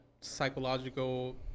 psychological